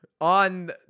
on